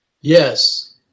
Yes